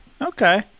Okay